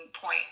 point